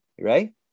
right